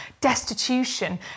destitution